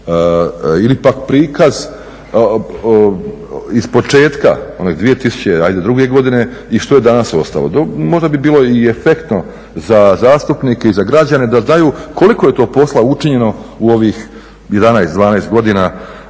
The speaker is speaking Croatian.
ili pak prikaz ispočetka, one 2002. i što je danas ostalo. Možda bi bilo i efektno za zastupnike i za građane da znaju koliko je to posla učinjeno u ovih 11-12 godina